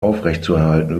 aufrechtzuerhalten